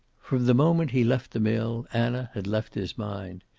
from the moment he left the mill anna had left his mind.